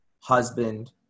husband